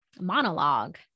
monologue